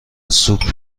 سوپ